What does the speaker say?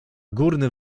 górny